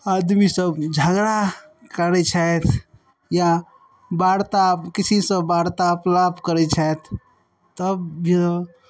आदमी सब झगड़ा करय छथि या बर्ताव किसीसँ वार्तालाप करय छथि तब